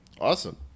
Awesome